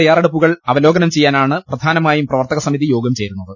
തയ്യാറെടുപ്പുകൾ അവലോകനം ചെയ്യാനാണ് പ്രധാനമായും പ്രവർത്ത്കസമിതി യോഗം ചേരു ന്നത്